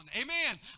Amen